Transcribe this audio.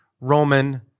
Roman